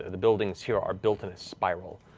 the buildings here, are built in a spiral.